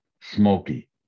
smoky